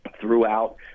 throughout